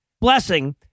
blessing